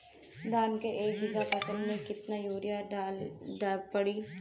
धान के एक बिघा फसल मे कितना यूरिया पड़ी?